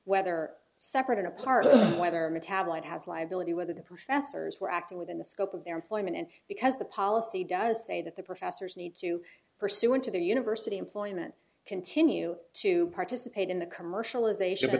whether separate and apart whether metabolite has liability whether the professors were acting within the scope of their employment and because the policy does say that the professors need to pursuant to the university employment continue to participate in the commercialization